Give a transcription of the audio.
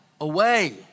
away